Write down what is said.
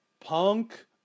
Punk